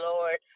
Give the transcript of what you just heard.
Lord